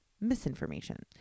misinformation